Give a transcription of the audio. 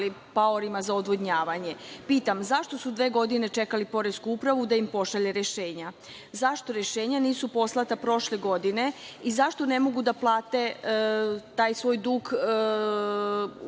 paorima za odvodnjavanje. Pitam – zašto su dve godine čekali Poresku upravu da im pošalje rešenja? Zašto rešenja nisu poslata prošle godine i zašto ne mogu da plate taj svoj dug za